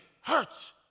hurts